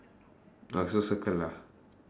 oh so circle lah